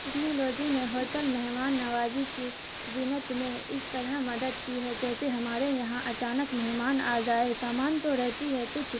technology نے hotel مہمان نوازی کی زینت میں اس طرح مدد کی ہے جیسے ہمارے یہاں اچانک مہمان آجائے سامان تو رہتی ہے کچھ